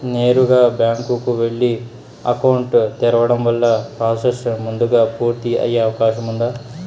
నేరుగా బ్యాంకు కు వెళ్లి అకౌంట్ తెరవడం వల్ల ప్రాసెస్ ముందుగా పూర్తి అయ్యే అవకాశం ఉందా?